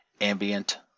Ambient